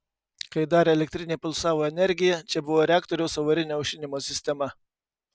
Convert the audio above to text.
kai dar elektrinė pulsavo energija čia buvo reaktoriaus avarinio aušinimo sistema